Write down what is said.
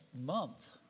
month